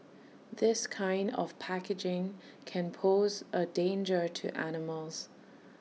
this kind of packaging can pose A danger to animals